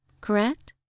correct